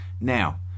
Now